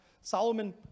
Solomon